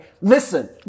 listen